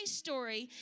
story